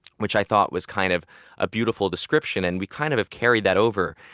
which i thought was kind of a beautiful description and we kind of carried that over.